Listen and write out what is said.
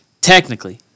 Technically